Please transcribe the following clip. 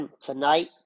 tonight